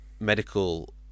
medical